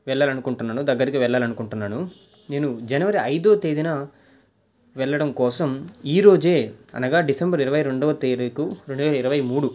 వెళ్ళాలని అకుంటున్నాను దాని దగ్గరకి వెళ్ళాలని అకుంటున్నాను నేను జనవరి ఐదవ తేదీన వెళ్ళడం కోసం ఈ రోజు అనగా డిసెంబర్ ఇరవై రెండవ తారీఖు రెండు వేల ఇరవై మూడు